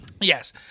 yes